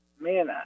man